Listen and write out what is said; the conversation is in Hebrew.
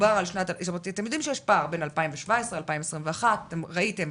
אתם יודעים שיש פער בין 2017 ל-2021 ולכן